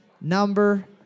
number